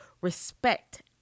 respect